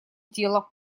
дело